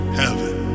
heaven